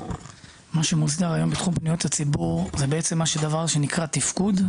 מה שמוסדר היום בתחום פניות הציבור זה דבר שנקרא "תפקוד".